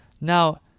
now